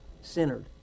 Centered